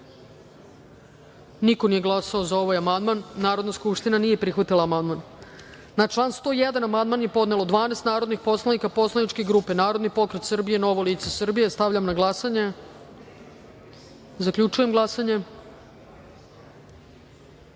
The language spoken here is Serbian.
niko nije glasao za ovaj amandman. Narodna skupština nije prihvatila amandman. Na član 101. amandman je podnelo 12 narodnih poslanika poslaničke grupe Narodni pokret Srbije – Novo lice Srbije. Stavljam na glasanje ovaj amandman. Zaključujem glasanje: